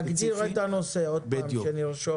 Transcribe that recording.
תגדיר את הנושא עוד פעם שנרשום.